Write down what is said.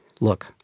Look